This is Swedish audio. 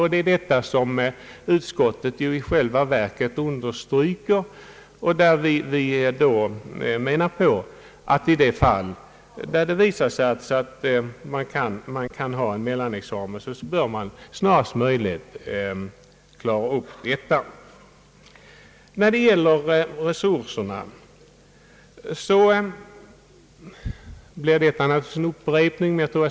Utskottet understryker detta och anser att i de fall där det visar sig att man kan ha en mellanexamen bör man snarast möjligt besluta sig för en sådan.